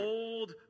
old